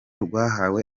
rwahawe